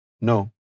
no